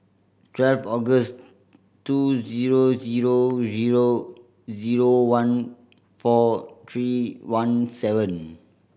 twelve August two zero zero zero zero one four three one seven